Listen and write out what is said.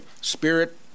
spirit